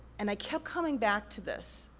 and i kept coming back to this.